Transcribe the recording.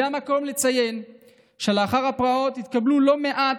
זה המקום לציין שלאחר הפרעות התקבלו לא מעט